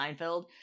seinfeld